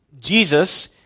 Jesus